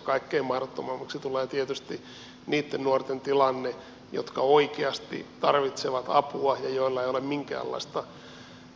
kaikkein mahdottomimmaksi tulee tietysti niitten nuorten tilanne jotka oikeasti tarvitsevat apua ja joilla ei ole minkäänlaista